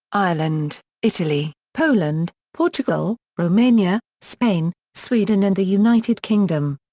ireland, italy, poland, portugal, romania, spain, sweden and the united kingdom.